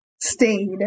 stayed